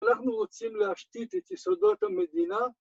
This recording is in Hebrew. ‫אנחנו רוצים להשתית ‫את יסודות המדינה.